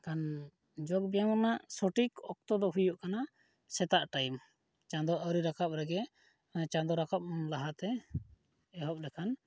ᱠᱷᱟᱱ ᱡᱳᱜᱽᱵᱮᱭᱟᱢ ᱨᱮᱱᱟᱜ ᱥᱚᱴᱷᱤᱠ ᱚᱠᱛᱚ ᱫᱚ ᱦᱩᱭᱩᱜ ᱠᱟᱱᱟ ᱥᱮᱛᱟᱜ ᱴᱟᱭᱤᱢ ᱪᱟᱸᱫᱚ ᱟᱣᱨᱤ ᱨᱟᱠᱟᱵ ᱨᱮᱜᱮ ᱪᱟᱸᱫᱚ ᱨᱟᱠᱟᱵ ᱞᱟᱦᱟᱛᱮ ᱮᱦᱚᱵ ᱞᱮᱠᱷᱟᱱ